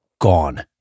gone